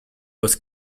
was